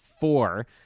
four